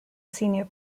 senior